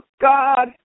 God